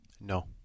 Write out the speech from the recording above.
No